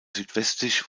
südwestlich